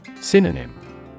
Synonym